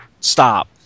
stop